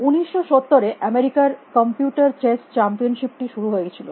1970 এ আমেরিকার computer chess championship টি শুরু হয়ে ছিল